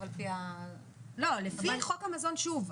לפי חוק המזון - שוב,